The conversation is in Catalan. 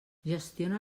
gestiona